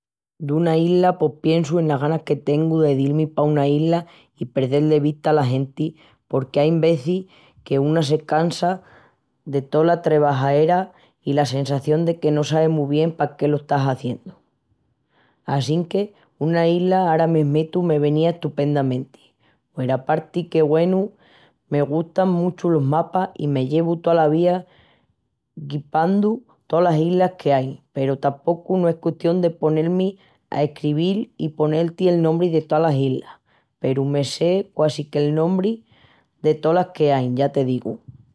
Duna isla pos piensu enas ganas que tengu de dil-mi pa una isla i perdel de vista ala genti porque ainvezis que una se cansa de tola trebajera i la sensación de que no sabi mu bien pa qué lo estás hiziendu. Assinque una isla ara mesmitu me venía estupendamenti. Hueraparti que, güenu, me gustan muchu los mapas i me llevu tola vida guipandu tolas islas que ain peru tapocu no es custión de ponel-mi a escrevil i ponel-ti el nombri de tolas islas, peru que me sé quasi que'l nombri de tolas que ain, ya te digu.